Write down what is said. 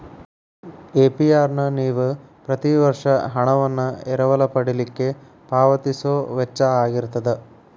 APR ನ ನೇವ ಪ್ರತಿ ವರ್ಷ ಹಣವನ್ನ ಎರವಲ ಪಡಿಲಿಕ್ಕೆ ಪಾವತಿಸೊ ವೆಚ್ಚಾಅಗಿರ್ತದ